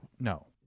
No